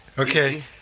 Okay